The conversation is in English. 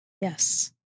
Yes